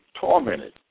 tormented